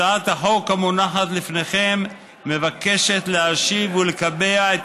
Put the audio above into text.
הצעת החוק המונחת לפניכם מבקשת להשיב ולקבע את